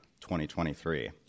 2023